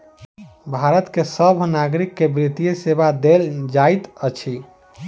भारत के सभ नागरिक के वित्तीय सेवा देल जाइत अछि